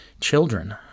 children